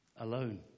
alone